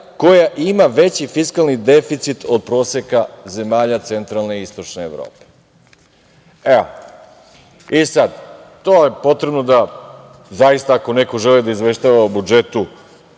koja ima veći fiskalni deficit od proseka zemalja centralne istočne Evrope. To je potrebno da zaista, ako neko želi da izveštava o budžetu